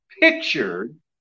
pictured